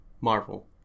Marvel